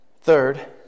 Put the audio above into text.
Third